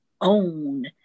own